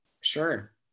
sure